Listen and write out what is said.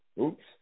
Oops